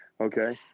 Okay